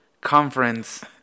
conference